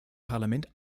parlament